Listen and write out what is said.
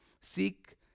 Seek